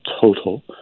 total